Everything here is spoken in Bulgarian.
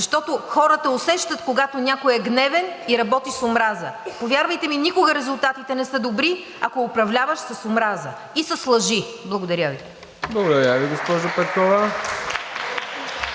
защото хората усещат, когато някой е гневен и работи с омраза. Повярвайте ми, никога резултатите не са добри, ако управляваш с омраза и с лъжи. Благодаря Ви. (Ръкопляскания от